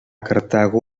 cartago